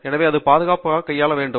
எனவே அது பாதுகாப்பாக கையாள வேண்டும்